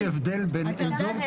יש הבדל בין איזור